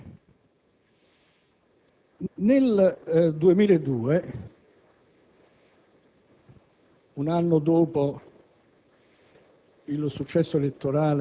Presidente, nel 2002, un anno dopo